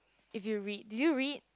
if you read did you read